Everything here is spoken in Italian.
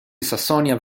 sassonia